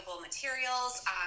materials